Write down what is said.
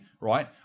right